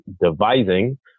devising